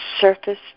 surface